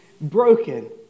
broken